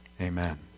amen